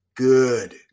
Good